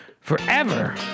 forever